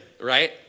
right